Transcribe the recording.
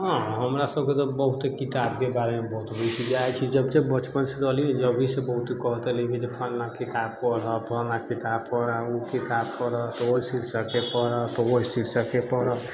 हँ हमरा सबके तऽ बहुते किताबके बारेमे बहुत बेसी अय बचपनसँ रहली जभी से बहुत कहत रहली जे फलना किताब पढऽ फलना किताब पढ़ऽ उ किताब पढ़ऽ तऽ ओय शीर्षकके पढ़ऽ तऽ ओय शीर्षकके पढ़ऽ तऽ